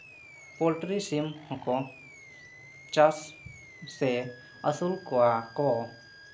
poultry ᱥᱤᱢ ᱦᱚᱸᱠᱚ ᱪᱟᱥ ᱥᱮ ᱟᱹᱥᱩᱞ ᱠᱚᱣᱟ ᱠᱚ